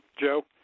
Joe